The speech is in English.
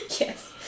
yes